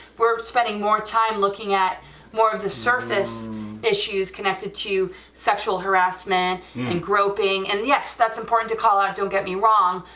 we're spending more time looking at more of the surface issues connected to sexual harassment and groping, and yes that's important to call out, don't get me wrong,